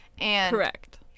Correct